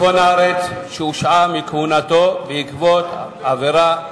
שהושעה מכהונתו בעקבות עבירה שעבר?